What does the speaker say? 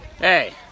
Hey